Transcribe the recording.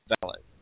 valid